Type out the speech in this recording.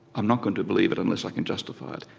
i'm not going to believe it unless i can justify it'.